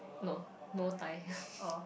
no no dai